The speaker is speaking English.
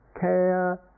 care